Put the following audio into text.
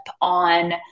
on